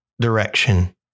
direction